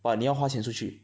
but 你要花钱出去